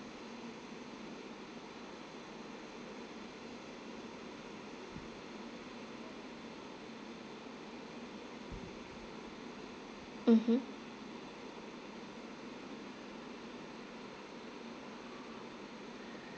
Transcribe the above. mmhmm